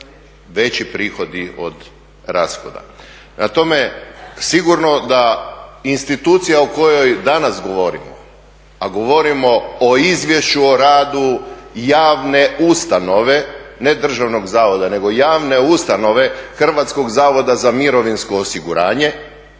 veći prihodi od rashoda. Prema tome, sigurno da institucija o kojoj danas govorimo, a govorimo o izvješću o radu javne ustanove, ne državnog zavoda, nego javne ustanove Hrvatskog zavoda za mirovinskog osiguranje